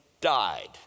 died